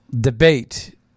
debate